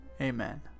Amen